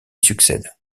succède